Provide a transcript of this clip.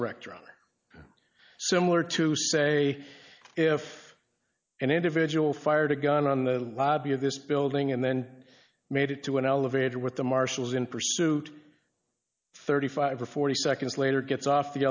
correct similar to say if an individual fired a gun on the lobby of this building and then made it to an elevator with the marshals in pursuit thirty five or forty seconds later gets off the